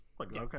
okay